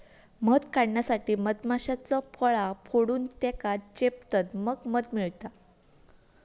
मध काढण्यासाठी मधमाश्यांचा पोळा फोडून त्येका चेपतत मग मध मिळता